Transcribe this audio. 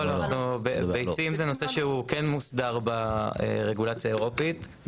ביצים זה נושא שהוא כן מוסדר ברגולציה האירופית.